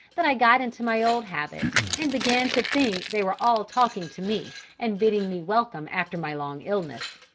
that i got into my old habit, and began to think they were all talking to me and bidding me welcome after my long illness.